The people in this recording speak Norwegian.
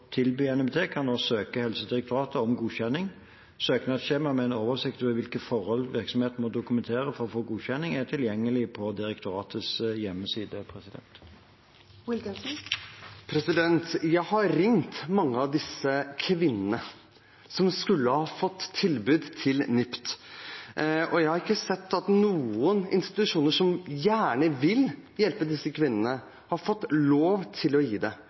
tilby NIPT, kan nå søke Helsedirektoratet om godkjenning. Søknadsskjema med en oversikt over hvilke forhold virksomheten må dokumentere for å få godkjenning, er tilgjengelig på direktoratets hjemmeside. Jeg har ringt mange av disse kvinnene som skulle ha fått tilbud om NIPT, og jeg har ikke sett at noen institusjoner som gjerne vil hjelpe disse kvinnene, har fått lov til å gi det,